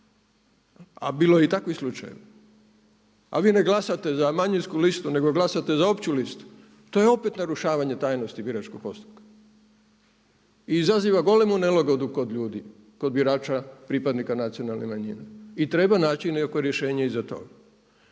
a bilo je i takvih slučajeva, a vi ne glasate za manjinsku listu nego glasate za opću listu, to je opet narušavanje tajnosti biračkog postupka i izaziva golemu nelagodu kod ljudi, kod birača pripadnika nacionalne manjine i treba naći rješenje i za to.